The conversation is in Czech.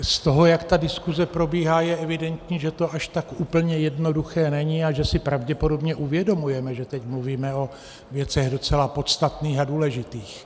Z toho, jak ta diskuze probíhá, je evidentní, že to až tak úplně jednoduché není a že si pravděpodobně uvědomujeme, že teď mluvíme o věcech docela podstatných a důležitých.